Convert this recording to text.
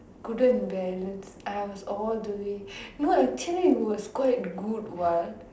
couldn't balance I was all the way no actually was quite good what